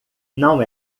não